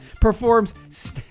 performs